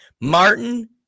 Martin